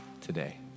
today